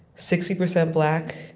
sixty percent black,